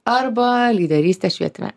arba lyderystę švietime